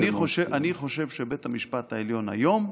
אני חושב שבית המשפט העליון היום,